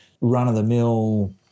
run-of-the-mill